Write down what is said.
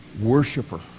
worshiper